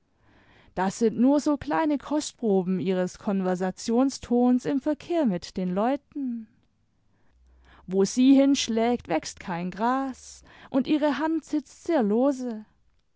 das sind nur so kleine kostproben ihres konversationstons im verkehr mit den leuten wo sie hinschlägt wächst kein gras und ihre hand sitzt sehr lose